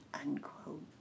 unquote